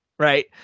Right